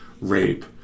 rape